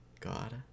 God